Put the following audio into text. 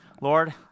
Lord